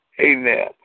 Amen